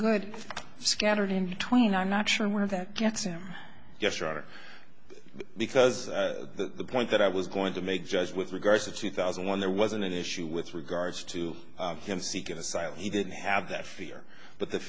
good scattered in between i'm not sure where that gets him yesterday because the point that i was going to make just with regards to two thousand and one there wasn't an issue with regards to him seeking asylum he didn't have that fear but the